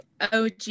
OG